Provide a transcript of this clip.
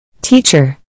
Teacher